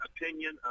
opinion